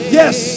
yes